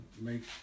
make